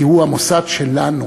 כי הוא המוסד שלנו,